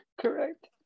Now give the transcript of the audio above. Correct